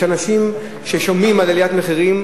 יש אנשים ששומעים על עליית מחירים,